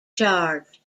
charged